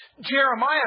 Jeremiah